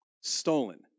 stolen